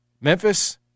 Memphis